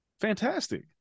Fantastic